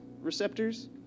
receptors